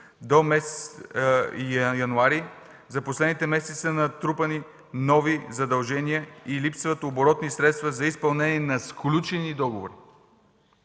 януари, за последните месеци са натрупани нови задължения и липсват оборотни средства за изпълнение на сключени договори.